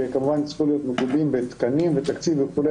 שכמובן צריכים להיות מגובים בתקנים ותקציב וכו',